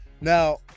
Now